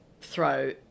throw